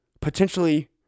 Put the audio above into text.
potentially